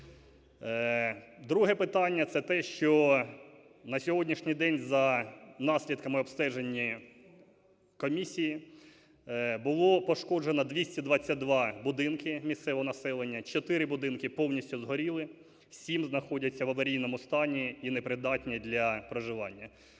Друге питання - це те, що на сьогоднішній день, за наслідками обстеження комісії, було пошкоджено 222 будинки місцевого населення, 4 будинки повністю згоріли, 7 знаходяться в аварійному стані і непридатні для проживання.